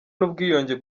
n’ubwiyunge